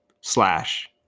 slash